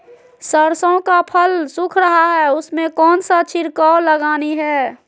सरसो का फल सुख रहा है उसमें कौन सा छिड़काव लगानी है?